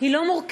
היא לא מורכבת.